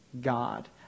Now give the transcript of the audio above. God